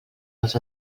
als